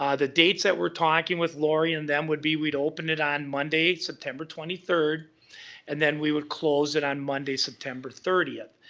um the dates that we're talking with lori and them would be we'd open it on monday, september twenty third and then we would close it on monday, september thirtieth.